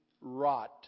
rot